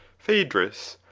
phaedrus,